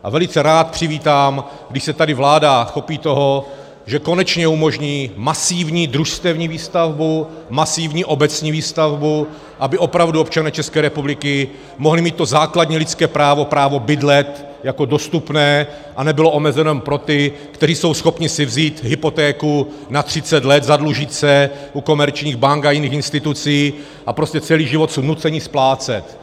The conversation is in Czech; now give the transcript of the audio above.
A velice rád přivítám, když se tady vláda chopí toho, že konečně umožní masivní družstevní výstavbu, masivní obecní výstavbu, aby opravdu občané České republiky mohli mít to základní lidské právo, právo bydlet, jako dostupné a nebylo omezeno jenom pro ty, kteří jsou schopni si vzít hypotéku na třicet let, zadlužit se u komerčních bank a jiných institucí a prostě celý život jsou nuceni splácet.